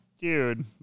dude